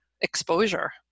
exposure